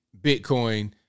Bitcoin